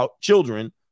children